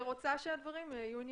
שרוצה שהדברים יהיו ענייניים.